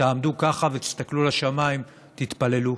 תעמדו ככה ותסתכלו לשמיים, תתפללו.